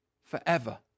forever